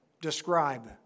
describe